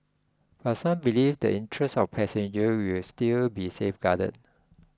but some believe the interests of passenger will still be safeguarded